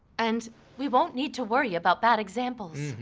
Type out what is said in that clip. and we won't need to worry about bad examples.